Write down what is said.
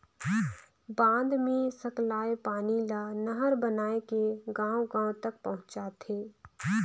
बांध मे सकलाए पानी ल नहर बनाए के गांव गांव तक पहुंचाथें